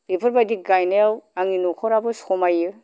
बेफोरबायदि गायनायाव आंनि नखराबो समायो